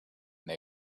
they